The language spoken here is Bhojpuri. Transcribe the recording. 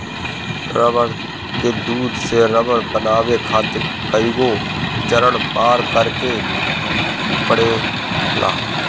रबड़ के दूध से रबड़ बनावे खातिर कईगो चरण पार करे के पड़ेला